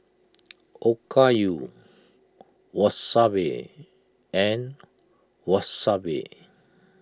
Okayu Wasabi and Wasabi